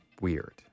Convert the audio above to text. weird